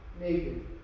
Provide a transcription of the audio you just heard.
naked